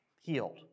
healed